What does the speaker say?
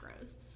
macros